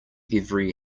every